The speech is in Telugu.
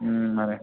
మరి